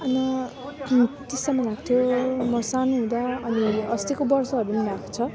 अन्त टिस्टामा लाग्थ्यो म सानो हुँदा अनि अस्तिको वर्षहरू पनि लागेको छ